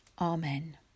Amen